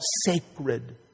sacred